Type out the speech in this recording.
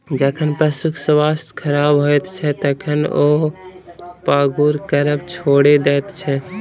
जखन पशुक स्वास्थ्य खराब होइत छै, तखन ओ पागुर करब छोड़ि दैत छै